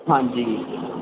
ਹਾਂਜੀ